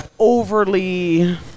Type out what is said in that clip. overly